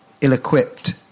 ill-equipped